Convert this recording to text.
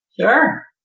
Sure